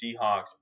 Seahawks